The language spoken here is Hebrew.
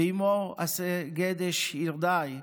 ואימו אסגדש ירדאי,